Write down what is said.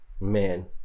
man